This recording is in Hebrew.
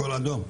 הכל אדום.